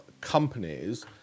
companies